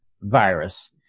virus